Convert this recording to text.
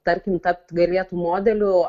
tarkim tapt gailėtų modeliu